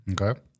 Okay